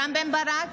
רם בן ברק,